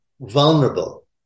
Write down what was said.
vulnerable